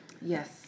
Yes